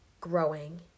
growing